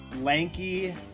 lanky